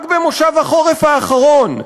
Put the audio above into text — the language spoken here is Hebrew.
רק במושב החורף האחרון,